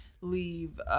leave